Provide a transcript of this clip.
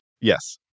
Yes